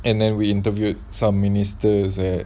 and then we interviewed some ministers at